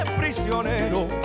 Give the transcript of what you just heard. prisionero